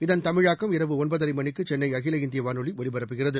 இதன் தமிழாக்கம் இரவு ஒன்பதரைமணிக்குசென்னைஅகில இந்தியவானொலிஒலிபரப்புகிறது